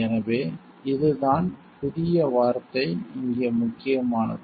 எனவே இதுதான் புதிய வார்த்தை இங்கே முக்கியமானது